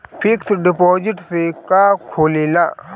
Fix deposit से का होखे ला?